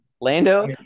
Lando